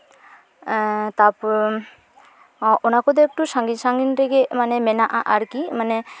ᱛᱟᱨᱯᱚᱨ ᱚᱱᱟ ᱠᱚᱫᱚ ᱮᱠᱴᱩ ᱥᱟᱺᱜᱤᱧ ᱥᱟᱺᱜᱤᱧ ᱨᱮᱜᱮ ᱢᱮᱱᱟᱜᱼᱟ ᱟᱨᱠᱤ ᱢᱟᱱᱮ